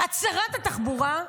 את שרת התחבורה,